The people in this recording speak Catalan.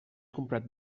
comprat